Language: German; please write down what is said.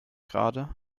gerade